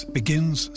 begins